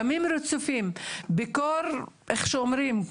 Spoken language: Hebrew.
ימים רצופים, בקור, איך אומרים?